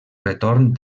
retorn